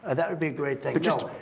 ah that would be a great thing. but just